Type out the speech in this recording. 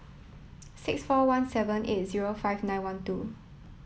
six four one seven eight zero five nine one two